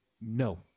No